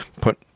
put